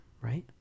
right